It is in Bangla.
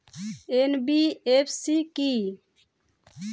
এন.বি.এফ.সি কী?